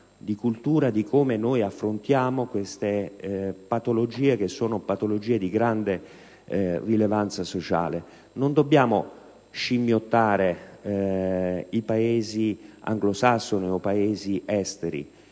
di cultura, di come noi affrontiamo patologie del genere che sono di grande rilevanza sociale. Non dobbiamo scimmiottare i Paesi anglosassoni o i Paesi esteri.